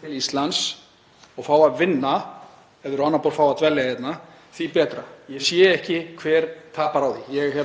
til Íslands, og fá að vinna, ef þeir fá á annað borð að dvelja hérna, því betra. Ég sé ekki hver tapar á því. Ég